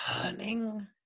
turning